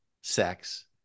sex